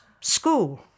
school